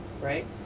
right